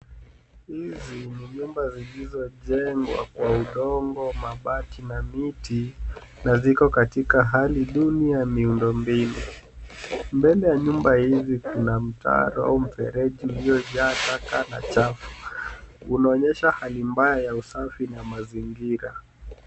Hizi ni nyumba zilizojengwa kwa udongo, mabati na miti na ziko katika hali duni ya miundo mbili. Mbele ya nyumba hizi kuna mtaro mfereji uliojaa taka na chafu . Unaonyesha hali mbaya ya usafi na mazingira.